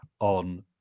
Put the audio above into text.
on